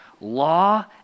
law